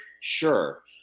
Sure